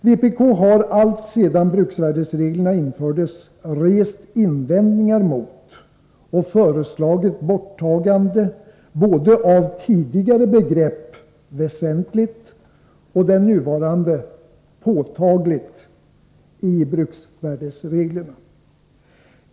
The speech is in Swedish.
Vpk har alltsedan bruksvärdesreglerna infördes rest invändningar mot och föreslagit borttagande av både det tidigare begreppet ”väsentligt” och det nuvarande begreppet ”påtagligt” i bruksvärdesreglerna.